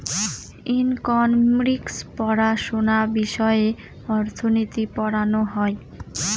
economics পড়াশোনা বিষয়ে অর্থনীতি পড়ানো হয়